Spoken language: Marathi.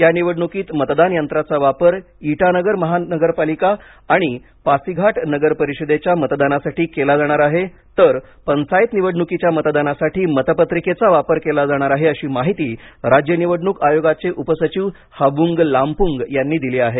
या निवडणुकीत मतदान यंत्राचा वापर इटानगर महानगपालिका आणि पासीघाट नगर परिषदेच्या मतदानासाठी केला जाणार आहे तर पंचायत निवडणुकीच्या मतदानासाठी मतपत्रिकेचा वापर केला जाणार आहे अशी माहिती राज्य निवडणूक आयोगाचे उपसचिव हाबुंग लामपुंग यांनी दिली आहे